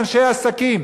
אנשי עסקים,